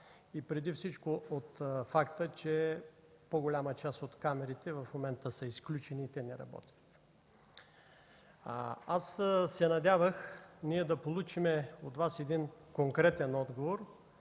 и преди всичко от факта, че по-голяма част от камерите в момента са изключени и не работят. Надявах се да получим от Вас един конкретен отговор